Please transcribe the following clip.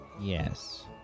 Yes